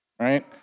right